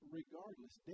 regardless